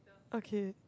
okay